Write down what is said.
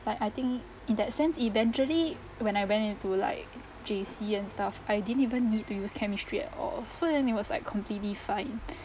but I think in that sense eventually when I went into like J_C and stuff I didn't even need to use chemistry at all so then it was like completely fine